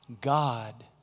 God